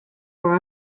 are